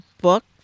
book